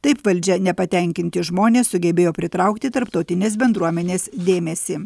taip valdžia nepatenkinti žmonės sugebėjo pritraukti tarptautinės bendruomenės dėmesį